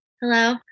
Hello